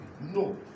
No